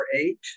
eight